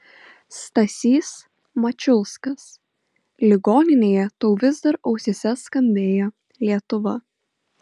stasys mačiulskas ligoninėje tau vis dar ausyse skambėjo lietuva